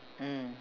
mm